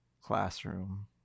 classroom